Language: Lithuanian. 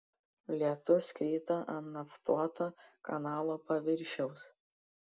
lietus krito ant naftuoto kanalo paviršiaus